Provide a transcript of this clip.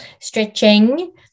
stretching